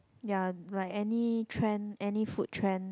ya like any trend any food trend